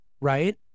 right